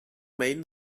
main